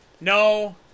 No